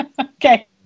Okay